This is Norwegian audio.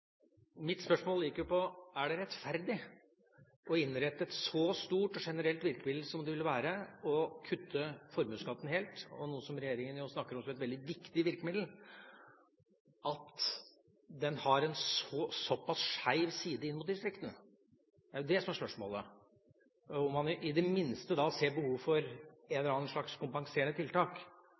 stort og generelt virkemiddel som det vil være å kutte formuesskatten helt – og som regjeringa snakker om som et veldig viktig virkemiddel – når det har en såpass skeiv side inn mot distriktene? Det er det som er spørsmålet, og om man i det minste ser behov for et eller annet kompenserende tiltak.